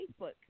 Facebook